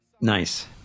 Nice